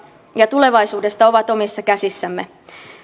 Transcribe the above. ja tulevaisuudesta ovat omissa käsissämme